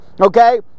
okay